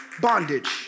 bondage